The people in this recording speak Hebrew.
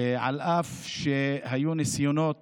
אף שהיו ניסיונות